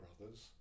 Brothers